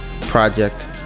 project